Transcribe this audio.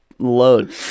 Load